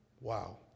Wow